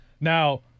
now